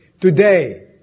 today